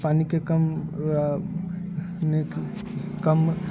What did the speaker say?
पानिके कम कम